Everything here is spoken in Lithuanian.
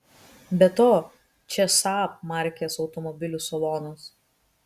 be to čia saab markės automobilių salonas